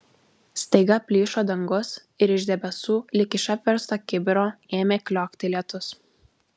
staiga plyšo dangus ir iš debesų lyg iš apversto kibiro ėmė kliokti lietus